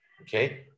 okay